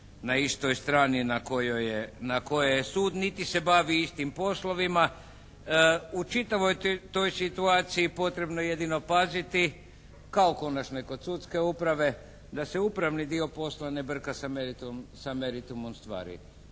na istoj strani na kojoj je sud niti se bavi istim poslovima. U čitavoj toj situaciji potrebno je jedino paziti kao konačno i kod sudske uprave da se upravni dio poslova ne brka sa meritumom stvari.